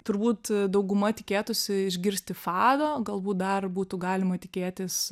turbūt dauguma tikėtųsi išgirsti fado galbūt dar būtų galima tikėtis